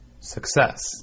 success